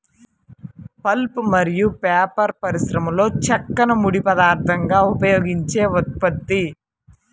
pulp మరియు paper పరిశ్రమలోచెక్కను ముడి పదార్థంగా ఉపయోగించే ఉత్పత్తి